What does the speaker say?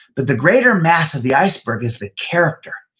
but the greater mass of the iceberg is the character.